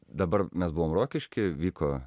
dabar mes buvom rokišky vyko